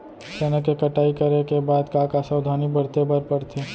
चना के कटाई करे के बाद का का सावधानी बरते बर परथे?